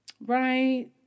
right